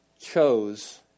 chose